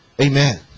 Amen